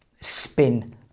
spin